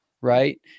right